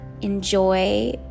enjoy